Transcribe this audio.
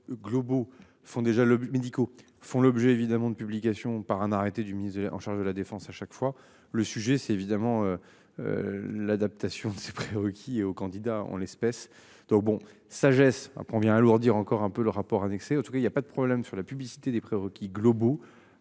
les prérequis globaux font déjà le médicaux font l'objet évidemment de publication, par un arrêté du ministre de l'en charge de la Défense à chaque fois le sujet c'est évidemment. L'adaptation c'est prérequis et aux candidats en l'espèce, donc bon sagesse après on vient alourdir encore un peu le rapport annexé au Touquet, il y a pas de problème sur la publicité des prérequis globaux